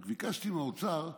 רק ביקשתי מהאוצר: